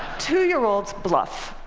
two-year-olds bluff.